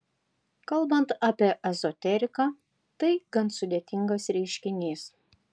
kalbant apie ezoteriką tai gan sudėtingas reiškinys